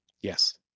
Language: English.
Yes